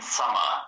summer